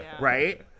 Right